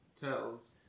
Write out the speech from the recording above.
Turtles